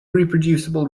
reproducible